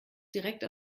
direkt